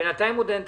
בינתיים עוד אין כסף.